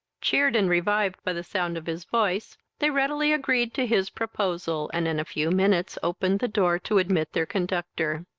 cheered and revived by the sound of his voice, they readily agreed to his proposal, and in a few minutes opened the door to admit their conductor.